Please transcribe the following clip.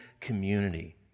community